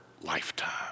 lifetime